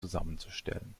zusammenzustellen